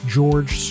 George